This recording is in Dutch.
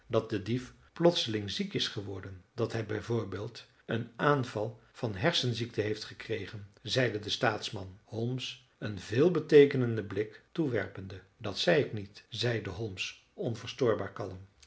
dat de dief plotseling ziek is geworden dat hij b v een aanval van hersenziekte heeft gekregen zeide de staatsman holmes een veelbeteekenenden blik toewerpende dat zei ik niet zeide holmes onverstoorbaar kalm